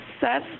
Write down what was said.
Seth